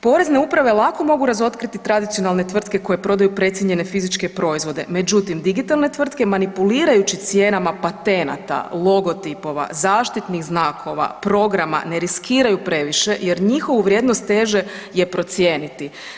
Porezne uprave lako mogu razotkriti tradicionalne tvrtke koje prodaju precijenjene fizičke proizvode, međutim digitalne tvrtke manipulirajući cijenama patenata, logotipova, zaštitnih znakova, programa ne riskiraju previše jer njihovu vrijednost teže je procijeniti.